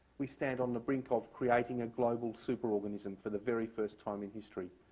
we stand on the brink of creating a global superorganism for the very first time in history.